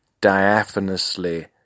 diaphanously